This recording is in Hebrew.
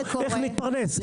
על איך נתפרנס.